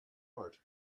art